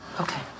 okay